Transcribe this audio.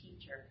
teacher